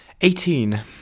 Eighteen